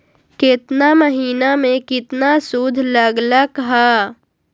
केतना महीना में कितना शुध लग लक ह?